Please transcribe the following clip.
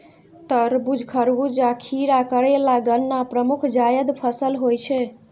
तरबूज, खरबूजा, खीरा, करेला, गन्ना प्रमुख जायद फसल होइ छै